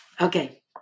okay